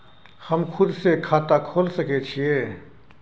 हम खुद से खाता खोल सके छीयै?